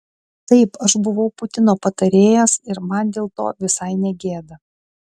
taip aš buvau putino patarėjas ir man dėl to visai ne gėda